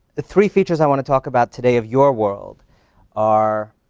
three features i wanna talk about today of your world are,